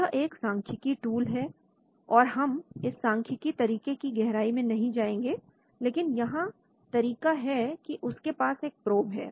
यह एक सांख्यिकी टूल है और हम इस सांख्यिकी तरीके की गहराई में नहीं जाएंगे लेकिन यहां तरीका है कि उनके पास एक प्रोब है